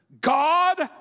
God